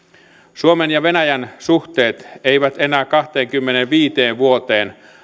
suomen ja venäjän suhteet eivät enää kahteenkymmeneenviiteen vuoteen